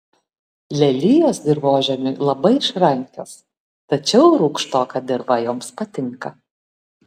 lelijos dirvožemiui labai išrankios tačiau rūgštoka dirva joms patinka